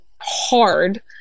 hard